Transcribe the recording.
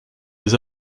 des